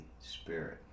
Spirit